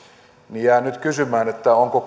niin jään nyt kysymään onko